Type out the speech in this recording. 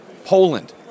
Poland